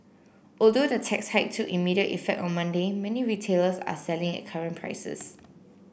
although the tax hike took immediate effect on Monday many retailers are selling at current prices